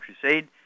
Crusade